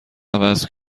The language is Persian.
عوض